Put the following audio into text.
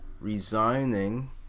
resigning